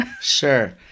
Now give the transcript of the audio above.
Sure